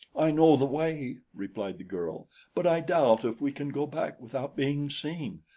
i know the way, replied the girl but i doubt if we can go back without being seen.